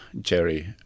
Jerry